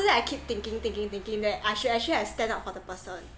that I keep thinking thinking thinking that I should actually have stand up for the person